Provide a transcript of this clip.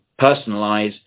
personalize